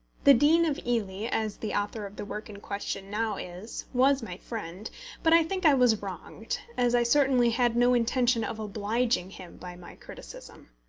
the dean of ely, as the author of the work in question now is, was my friend but i think i was wronged, as i certainly had no intention of obliging him by my criticism.